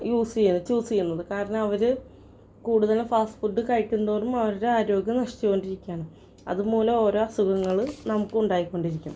use ചെയ്യുന്ന choose ചെയ്യുന്നത് കാരണം അവർ കൂടുതലും ഫാസ്റ്റ് ഫുഡ് കഴിക്കും തോറും അവരുടെ ആരോഗ്യം നശിച്ചു കൊണ്ടിരിക്കുകയാണ് അതുമൂലം ഓരോ അസുഖങ്ങൾ നമുക്കുണ്ടായിക്കൊണ്ടിരിക്കും